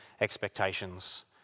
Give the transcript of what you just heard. expectations